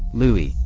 louis,